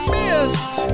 missed